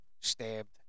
stabbed